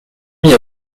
mis